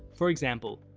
for example,